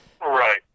Right